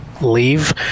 leave